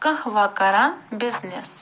کانٛہہ وۄنۍ کَران بِزنیٚس